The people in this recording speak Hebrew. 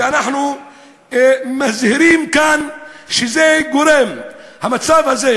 ואנחנו מזהירים כאן שהמצב הזה,